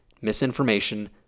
misinformation